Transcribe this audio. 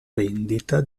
vendita